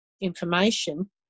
information